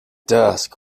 dusk